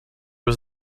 was